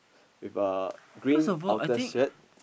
with a green outer shirt